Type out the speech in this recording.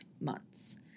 months